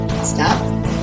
Stop